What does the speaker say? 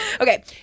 Okay